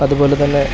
അതുപോലെ തന്നെ